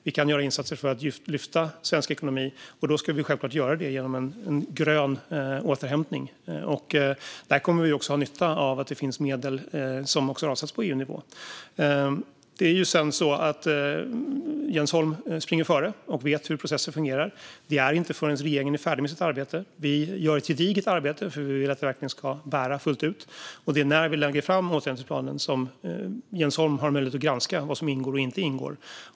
Vi kan göra insatser för att lyfta svensk ekonomi, och då ska vi självklart göra det genom en grön återhämtning. Där kommer vi också att ha nytta av att det finns medel som avsatts på EU-nivå. Det är ju så att Jens Holm springer före. Han vet hur processen fungerar. Det är inte förrän regeringen är färdig med sitt arbete - och vi gör ett gediget arbete, för vi vill att det ska bära fullt ut - och lägger fram återhämtningsplanen som Jens Holm har möjlighet att granska vad som ingår och inte ingår.